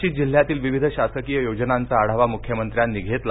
नाशिक जिल्ह्यातील विविध शासकीय योजनांचा आढावा मुख्यमत्र्यांनी घेतला